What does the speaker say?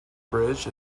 bridge